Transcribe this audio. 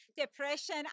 depression